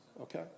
okay